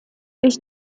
ich